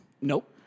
Nope